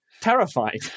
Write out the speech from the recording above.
terrified